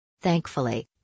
Thankfully